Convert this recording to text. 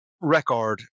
record